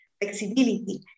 flexibility